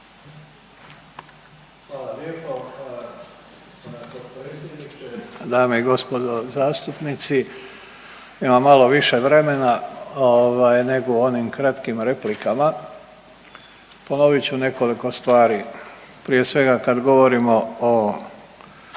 uključen./… dame i gospodo zastupnici imam malo više vremena ovaj nego u onim kratkim replikama. Ponovit ću nekoliko stvari. Prije svega kad govorimo o